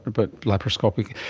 but laparoscopic,